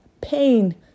pain